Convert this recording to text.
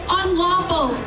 unlawful